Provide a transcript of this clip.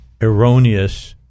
erroneous